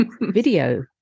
video